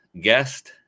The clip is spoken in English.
guest